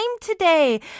today